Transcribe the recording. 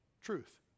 truth